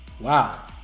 wow